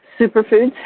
Superfoods